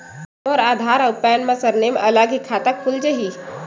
मोर आधार आऊ पैन मा सरनेम अलग हे खाता खुल जहीं?